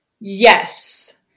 Yes